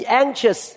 anxious